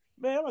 man